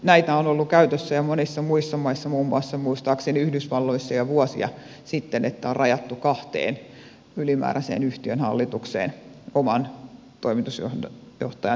näitä on ollut käytössä jo monissa muissa maissa muun muassa muistaakseni yhdysvalloissa jo vuosia sitten että on rajattu kahteen ylimääräiseen yhtiön hallitukseen oman toimitusjohtajan tehtävän lisäksi